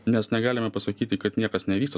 mes negalime pasakyti kad niekas nevyksta